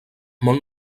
molt